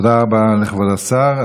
תודה רבה לכבוד השר.